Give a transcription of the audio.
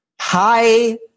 Hi